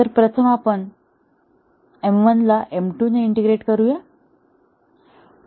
तर प्रथम आपण M1 ला M2 ने इंटिग्रेट करूया